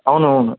అవునవును